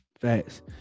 Facts